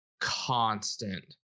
constant